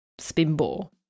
spinball